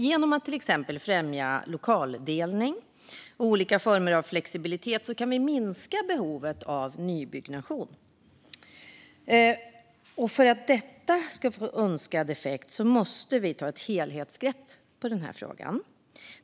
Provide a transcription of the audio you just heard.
Genom att till exempel främja lokaldelning och olika former av flexibilitet kan vi minska behovet av nybyggnation. För att detta ska få önskad effekt måste vi ta ett helhetsgrepp om den här frågan.